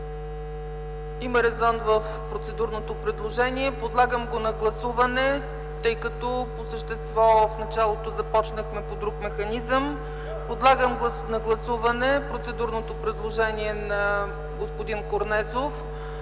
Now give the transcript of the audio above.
Има резон в процедурното предложение, тъй като по същество в началото започнахме по друг механизъм. Подлагам на гласуване процедурното предложение на господин Корнезов